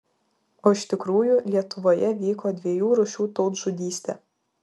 o iš tikrųjų lietuvoje vyko dviejų rūšių tautžudystė